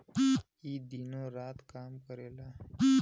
ई दिनो रात काम करेला